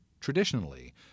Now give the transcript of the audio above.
Traditionally